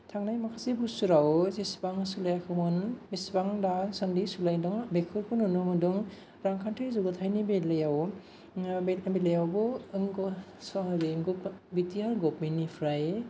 थांनाय माखासे बोसोराव जेसेबां सोलायाखैमोन एसेबां दासान्दि सोलायदों बेफोरखौ नुनो मोन्दों रांखान्थि जौगाथायनि बेलायावबो बि टि आर गभमेन्टनिफ्राय